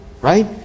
right